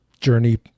journey